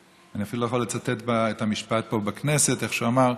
ואני אפילו לא יכול לצטט את המשפט פה בכנסת איך שהוא אמר: